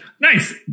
nice